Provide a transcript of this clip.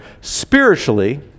spiritually